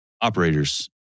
operators